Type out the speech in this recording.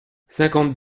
cinquante